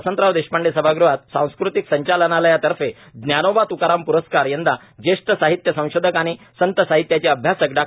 वसंतराव देशपांडे सभागृहात सांस्कृतिक संचालनालयातर्फे ज्ञानोबा त्काराम प्रस्कार यंदा ज्येष्ठ साहित्य संशोधक आणि संत साहित्याचे अभ्यासक डॉ